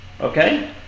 Okay